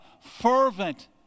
fervent